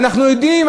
ואנחנו יודעים,